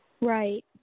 Right